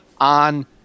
on